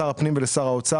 לשר הפנים ולשר האוצר,